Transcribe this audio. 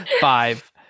Five